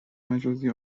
مجازی